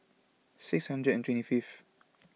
six hundred and twenty fifth